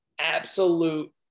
absolute